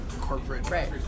corporate